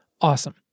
Awesome